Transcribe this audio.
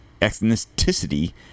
ethnicity